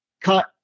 cut